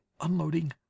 unloading